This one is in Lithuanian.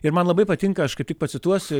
ir man labai patinka aš kaip tik pacituosiu